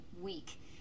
week